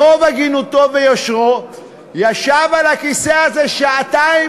ברוב הגינותו ויושרו ישב על הכיסא הזה שעתיים